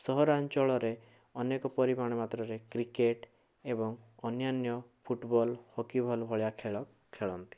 ସହରାଞ୍ଚଳରେ ଅନେକ ପରିମାଣ ମାତ୍ରାରେ କ୍ରିକେଟ୍ ଏବଂ ଅନ୍ୟାନ୍ୟ ଫୁଟ୍ବଲ୍ ହକି ବଲ୍ ଭଳିଆ ଖେଳ ଖେଳନ୍ତି